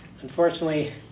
unfortunately